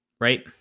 right